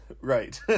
Right